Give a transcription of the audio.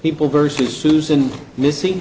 people versus susan missing